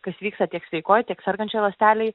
kas vyksta tiek sveikoj tiek sergančioj ląstelėj